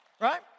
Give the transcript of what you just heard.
Right